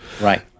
Right